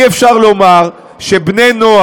אי-אפשר לומר שבני-נוער,